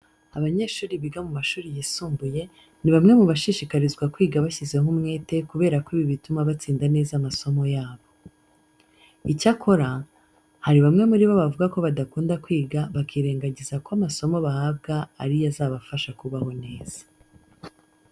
Abanyeshuri biga mu mashuri yisumbuye, ni bamwe mu bashishikarizwa kwiga bashyizeho umwete kubera ko ibi bituma batsinda neza amasomo yabo. Icyakora, hari bamwe muri bo bavuga ko badakunda kwiga bakirengagiza ko amasomo bahabwa ari yo azabafasha kubaho neza.